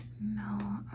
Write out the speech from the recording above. No